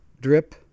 drip